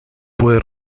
puede